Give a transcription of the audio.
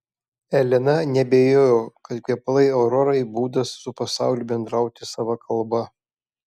elena neabejojo kad kvepalai aurorai būdas su pasauliu bendrauti sava kalba